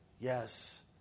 yes